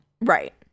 right